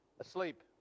asleep